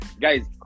Guys